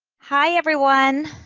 hi, everyone.